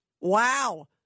Wow